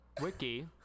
Wiki